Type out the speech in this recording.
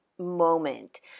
moment